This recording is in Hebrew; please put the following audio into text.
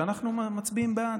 שאנחנו מצביעים בעד,